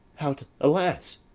out alas!